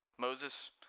Moses